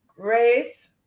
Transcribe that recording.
grace